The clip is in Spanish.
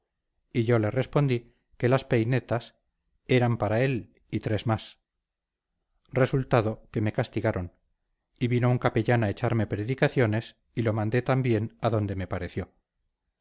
y yo le respondí que las peinetas eran para él y tres más resultado que me castigaron y vino un capellán a echarme predicaciones y lo mandé también a donde me pareció